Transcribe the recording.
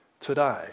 today